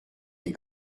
est